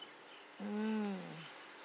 mm